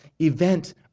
event